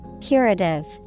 Curative